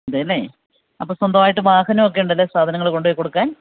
അതുതന്നെ അപ്പോള് സ്വന്തമായിട്ട് വാഹനമൊക്കെയുണ്ടല്ലേ സാധനങ്ങള് കൊണ്ടുപോയി കൊടുക്കാൻ